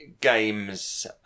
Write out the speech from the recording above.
games